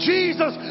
Jesus